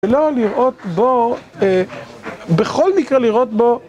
ולא לראות בו, בכל מקרה לראות בו...